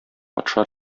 патша